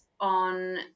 on